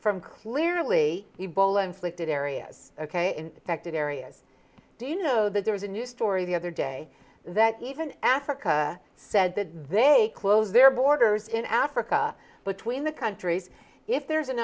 from clearly ebola inflicted areas ok infected areas do you know that there was a news story the other day that even africa said that they close their borders in africa between the countries if there's an